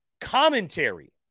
commentary